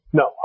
no